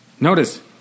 Notice